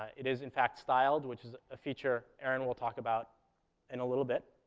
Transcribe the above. it is in fact styled, which is a feature aaron will talk about in a little bit,